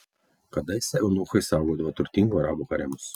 kadaise eunuchai saugodavo turtingų arabų haremus